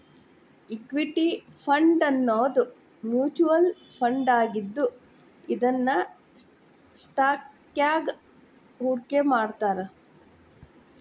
equity ಫಂಡನ್ನೋದು mutual ಫಂಡಾಗಿದ್ದು ಇದನ್ನ ಸ್ಟಾಕ್ಸ್ನ್ಯಾಗ್ ಹೂಡ್ಕಿಮಾಡ್ತಾರ